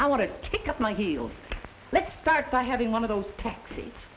i want to pick up my heels let's start by having one of those taxi